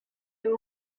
and